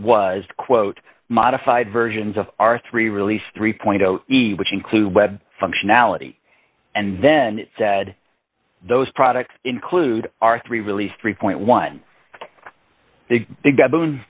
was quote modified versions of our three release three zero which include web functionality and then it said those products include our three really three point one the big bo